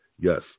Yes